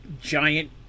giant